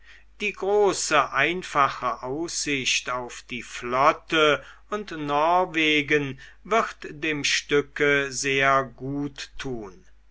die große einfache aussicht auf die flotte und norwegen wird dem stücke sehr gut tun